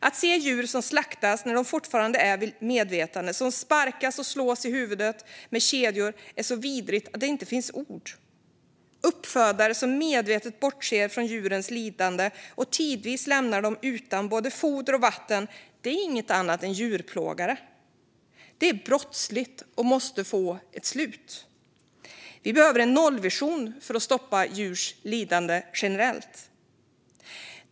Att se djur som slaktas när de fortfarande är vid medvetande och som sparkas och slås i huvudet med kedjor är så vidrigt att det inte finns ord. Uppfödare som medvetet bortser från djurens lidande och tidvis lämnar dem utan både foder och vatten är inget annat än djurplågare. Detta är brottsligt och måste få ett slut. Vi behöver en nollvision för att stoppa djurs lidande generellt.